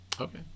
Okay